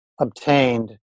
obtained